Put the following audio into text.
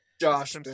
Josh